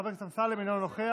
חבר הכנסת אמסלם אינו נוכח,